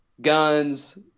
guns